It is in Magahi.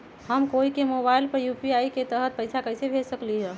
हम कोई के मोबाइल नंबर पर यू.पी.आई के तहत पईसा कईसे भेज सकली ह?